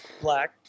black